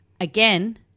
Again